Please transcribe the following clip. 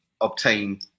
obtain